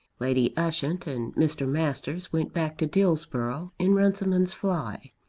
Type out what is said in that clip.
lady ushant and mr. masters went back to dillsborough in runciman's fly,